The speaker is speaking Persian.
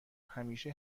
همیشه